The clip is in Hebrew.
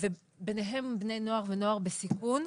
ביניהם בני נוער ונוער בסיכון.